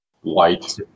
White